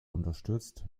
unterstützt